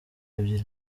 ebyiri